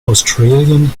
australian